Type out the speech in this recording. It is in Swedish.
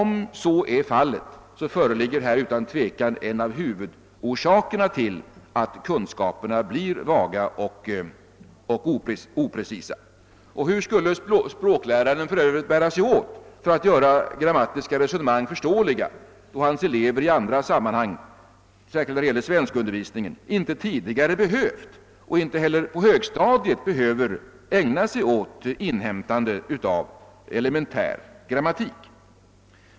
Om så är fallet, föreligger här utan tvekan en av huvudorsakerna till att kunskaperna blir vaga och oprecisa. Hur skall språkläraren bära sig åt för att göra grammatiska resonemang förståeliga, då hans elever i andra sammanhang, särskilt i svenskundervisningen, inte tidigare har behövt och på högstadiet inte heller behöver ägna sig åt inhämtande av elementär grammatik?